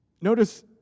Notice